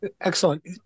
Excellent